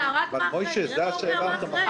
אבל, מוישה, זאת שאלת המפתח.